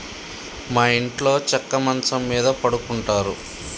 మా ఇంట్లో చెక్క మంచం మీద పడుకుంటారు